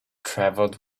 travelled